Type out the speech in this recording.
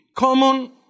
common